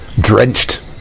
drenched